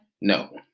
No